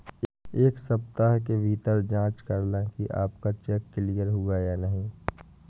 एक सप्ताह के भीतर जांच लें कि आपका चेक क्लियर हुआ है या नहीं